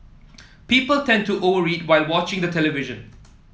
people tend to over eat while watching the television